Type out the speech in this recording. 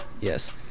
Yes